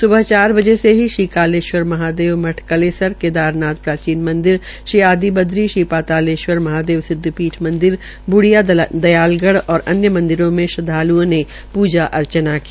स्बह चार बजे से ही श्री कालेश्वर महादेव मठ कलेसर केदारनाथ प्राचीन मंदिर श्री आदि ब्रदी श्री पलालेश्वर महादेव सिद्व पीठ मंदिर ब्डिया दयालग तथा अन्य मंदिरों में श्रदवाल्ओ ने पूजा अर्चना की